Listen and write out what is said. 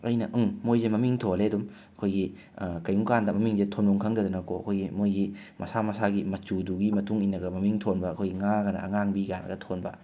ꯑꯩꯅ ꯎꯝ ꯃꯣꯏꯁꯦ ꯃꯃꯤꯡ ꯊꯣꯜꯂꯦ ꯑꯗꯨꯝ ꯑꯩꯈꯣꯏꯒꯤ ꯀꯩꯒꯨꯝꯕ ꯀꯥꯟꯗ ꯃꯃꯤꯡꯁꯦ ꯊꯣꯟꯐꯝ ꯈꯪꯗꯗꯅ ꯀꯣ ꯑꯩꯈꯣꯏꯒꯤ ꯃꯣꯏꯒꯤ ꯃꯁꯥ ꯃꯁꯥꯒꯤ ꯃꯆꯨꯗꯨꯒꯤ ꯃꯇꯨꯡ ꯏꯟꯅꯒ ꯃꯃꯤꯡ ꯊꯣꯟꯕ ꯑꯩꯈꯣꯏ ꯉꯥꯡꯉꯒꯅ ꯑꯉꯥꯡꯕꯤ ꯀꯥꯏꯅꯒ ꯊꯣꯟꯕ